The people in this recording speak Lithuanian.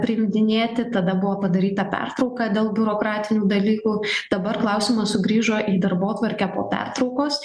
piimdinėti tada buvo padaryta pertrauka dėl biurokratinių dalykų dabar klausimas sugrįžo į darbotvarkę po pertraukos